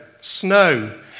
snow